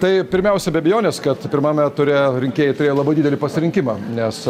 tai pirmiausia be abejonės kad pirmame ture rinkėjai turėjo labai didelį pasirinkimą nes